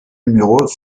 numéros